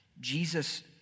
Jesus